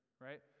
right